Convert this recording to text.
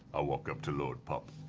i walk up to lord pup.